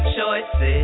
choices